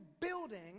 building